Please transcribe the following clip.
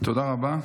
תודה רבה.